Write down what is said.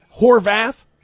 Horvath